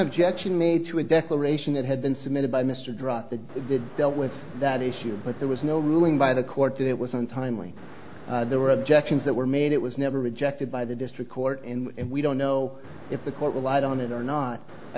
objection made to a declaration that had been submitted by mr dropped the dealt with that issue but there was no ruling by the court that it was untimely there were objections that were made it was never rejected by the district court and we don't know if the court relied on it or not i